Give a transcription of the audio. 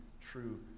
true